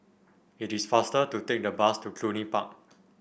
it is faster to take the bus to Cluny Park